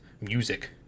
Music